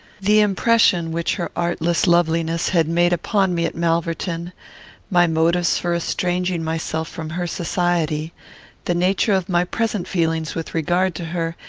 the impression which her artless loveliness had made upon me at malverton my motives for estranging myself from her society the nature of my present feelings with regard to her,